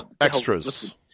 Extras